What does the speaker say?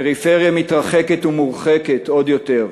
הפריפריה מתרחקת ומורחקת עוד יותר.